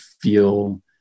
feel